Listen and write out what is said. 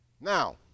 Now